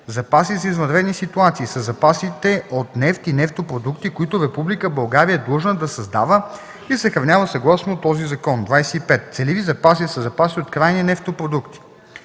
„Запаси за извънредни ситуации” са запасите от нефт и нефтопродукти, които Република България е длъжна да създава и съхранява съгласно този закон. 25. „Целеви запаси” са запаси от крайни нефтопродукти,